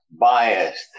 biased